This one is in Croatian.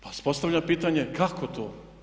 Pa si postavljam pitanje kako to?